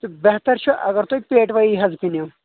تہٕ بہتر چھُ اگر تُہۍ پیٹہِ واد حظ کٕنو